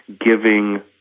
giving